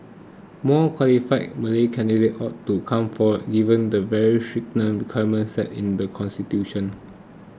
more qualified Malay candidates ought to come forward given the very stringent set in the constitution